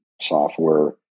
software